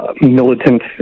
militant